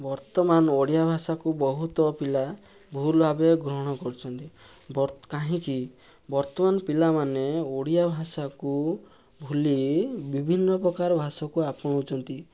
ବର୍ତ୍ତମାନ ଓଡ଼ିଆଭାଷାକୁ ବହୁତ ପିଲା ଭୁଲ ଭାବେ ଗ୍ରହଣ କରୁଛନ୍ତି କାହିଁକି ବର୍ତ୍ତମାନ ପିଲାମାନେ ଓଡ଼ିଆଭାଷାକୁ ଭୁଲି ବିଭିନ୍ନପ୍ରକାର ଭାଷାକୁ ଆପଣାଉଛନ୍ତି